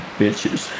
bitches